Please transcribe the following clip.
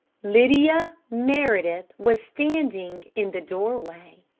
lydia meredith was standing in the doorway.